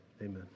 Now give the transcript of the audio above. Amen